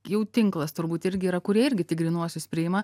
jau tinklas turbūt irgi yra kurie irgi tik grynuosius priima